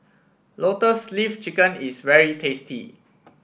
Lotus Leaf Chicken is very tasty